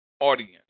audience